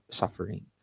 suffering